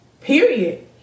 Period